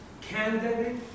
candidate